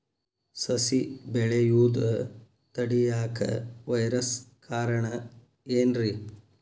ಸಸಿ ಬೆಳೆಯುದ ತಡಿಯಾಕ ವೈರಸ್ ಕಾರಣ ಏನ್ರಿ?